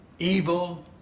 Evil